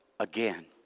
Again